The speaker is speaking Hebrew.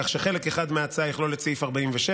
כך שחלק אחד מההצעה יכלול את סעיף 47